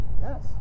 Yes